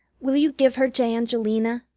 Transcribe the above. will you give her to angelina,